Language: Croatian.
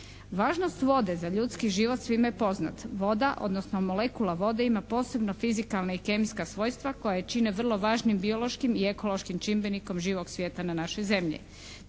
Važnost vode za ljudski život svima je poznat. Voda odnosno molekula vode ima posebna fizikalna i kemijska svojstva koja je čine vrlo važnim biološkim i ekološkim čimbenikom živog svijeta na našoj Zemlji.